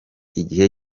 igihe